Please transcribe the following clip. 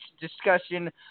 discussion